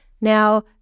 Now